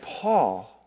Paul